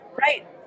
Right